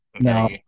No